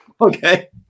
Okay